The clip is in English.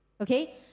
okay